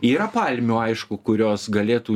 yra palmių aišku kurios galėtų